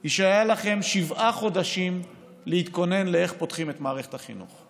היא שהיו לכם שבעה חודשים להתכונן לאיך פותחים את מערכת החינוך,